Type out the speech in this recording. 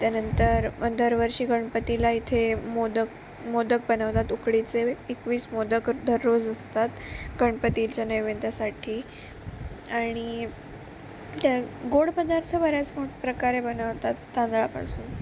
त्यानंतर मग दरवर्षी गणपतीला इथे मोदक मोदक बनवतात उकडीचे एकवीस मोदक दररोज असतात गणपतीच्या नैवेद्यासाठी आणि त्या गोड पदार्थ बऱ्याच मो प्रकारे बनवतात तांदळापासून